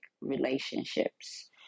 relationships